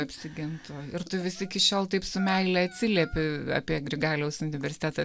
apsigintų ir tu vis iki šiol taip su meile atsiliepi apie grigaliaus universitetą